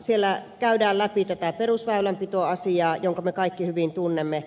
siellä käydään läpi tätä perusväylänpitoasiaa jonka me kaikki hyvin tunnemme